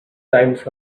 times